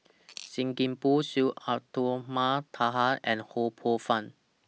SIM Kee Boon Syed Abdulrahman Taha and Ho Poh Fun